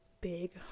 big